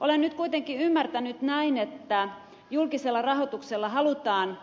olen nyt kuitenkin ymmärtänyt näin että julkisella rahoituksella halutaan